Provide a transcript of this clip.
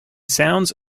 sounds